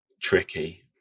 tricky